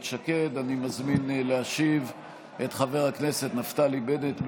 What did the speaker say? שקד אני מזמין את חבר הכנסת נפתלי בנט להשיב.